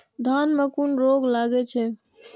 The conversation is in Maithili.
धान में कुन रोग लागे छै?